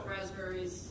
raspberries